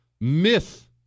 myth